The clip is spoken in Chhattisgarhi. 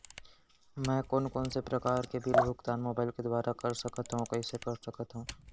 मैं कोन कोन से प्रकार के बिल के भुगतान मोबाईल के दुवारा कर सकथव अऊ कइसे कर सकथव?